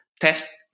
test